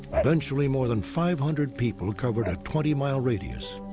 eventually, more than five hundred people covered a twenty mile radius.